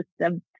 system